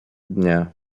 dnie